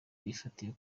ifatiye